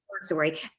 story